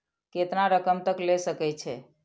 केतना रकम तक ले सके छै?